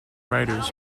riders